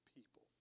people